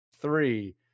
three